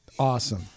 Awesome